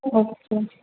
okay